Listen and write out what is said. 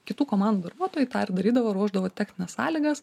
kitų komandų darbuotojai tą ir darydavo ruošdavo technines sąlygas